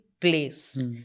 place